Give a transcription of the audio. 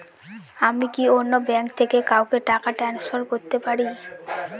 আমি কি অন্য ব্যাঙ্ক থেকে কাউকে টাকা ট্রান্সফার করতে পারি?